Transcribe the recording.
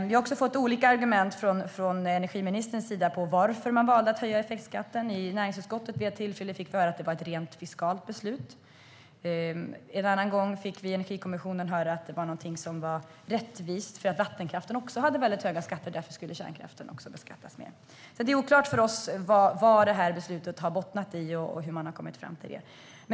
Jag har också fått olika argument från energiministern för varför man valde att höja effektskatten. Vid ett tillfälle i näringsutskottet fick vi höra att det var ett rent fiskalt beslut. En annan gång fick vi i Energikommissionen höra att det var rättvist; vattenkraften hade höga skatter, och därför skulle också kärnkraften beskattas mer. För oss är det alltså oklart vad beslutet bottnar i och hur man har kommit fram till det.